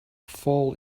fall